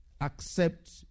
accept